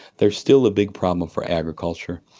they are still a big problem for agriculture.